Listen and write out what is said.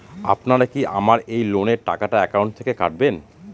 আপনারা কি আমার এই লোনের টাকাটা একাউন্ট থেকে কাটবেন?